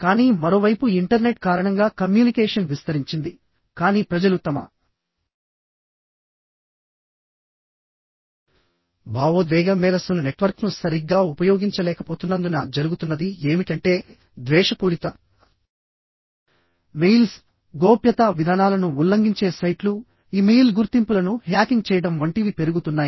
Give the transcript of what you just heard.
కానీ మరోవైపు ఇంటర్నెట్ కారణంగా కమ్యూనికేషన్ విస్తరించింది కానీ ప్రజలు తమ భావోద్వేగ మేధస్సును నెట్వర్క్ను సరిగ్గా ఉపయోగించలేకపోతున్నందునజరుగుతున్నది ఏమిటంటేద్వేషపూరిత మెయిల్స్గోప్యతా విధానాలను ఉల్లంఘించే సైట్లుఇమెయిల్ గుర్తింపులను హ్యాకింగ్ చేయడం వంటివి పెరుగుతున్నాయి